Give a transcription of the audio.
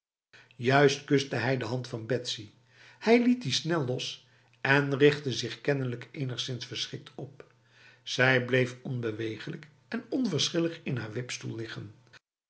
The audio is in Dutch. juist kuste hij de hand van betsy hij liet die snel los en richtte zich kennelijk enigszins verschrikt op zij bleef onbeweeglijk en onverschillig in haar wipstoel liggen